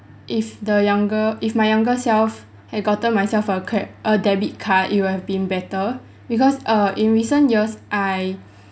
if the younger if my younger self had gotten myself a cre~ a debit card it would have been better because uh in recent years I